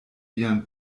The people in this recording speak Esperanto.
vian